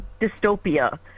dystopia